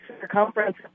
circumference